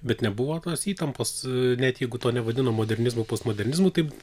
bet nebuvo tos įtampos net jeigu to nevadino modernizmu postmodernizmu taip